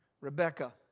Rebecca